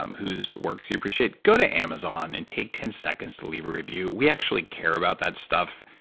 um whose works you appreciate. go to amazon and take ten seconds to leave a review. we actually care about that stuff.